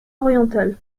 oriental